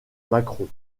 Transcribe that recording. macron